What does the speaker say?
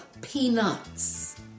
peanuts